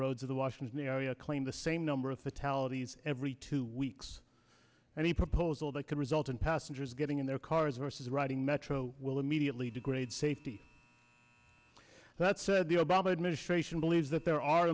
roads of the washington area claimed the same number of fatalities every two weeks and the proposal that could result in passengers getting in their cars versus riding metro will immediately degrade safety that said the obama administration believes that there are